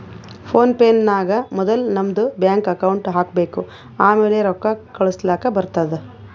phone pay ನಾಗ್ ಮೊದುಲ್ ನಮ್ದು ಬ್ಯಾಂಕ್ ಅಕೌಂಟ್ ಹಾಕೊಬೇಕ್ ಆಮ್ಯಾಲ ರೊಕ್ಕಾ ಕಳುಸ್ಲಾಕ್ ಬರ್ತುದ್